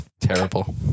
Terrible